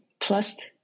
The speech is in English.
Plus